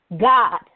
God